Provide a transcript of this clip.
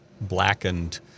blackened